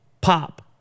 pop